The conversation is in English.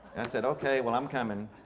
said okay, well i'm coming.